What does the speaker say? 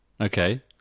Okay